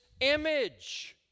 image